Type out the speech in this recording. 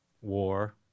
war